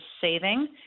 saving